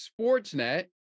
Sportsnet